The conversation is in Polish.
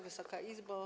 Wysoka Izbo!